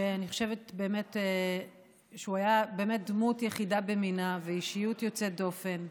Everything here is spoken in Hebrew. שאני חושבת שהוא היה באמת דמות יחידה במינה ואישיות יוצאת דופן.